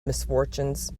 misfortunes